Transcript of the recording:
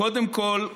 קודם כול,